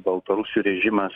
baltarusių režimas